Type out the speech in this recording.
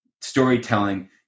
storytelling